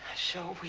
shall